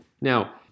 Now